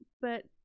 But-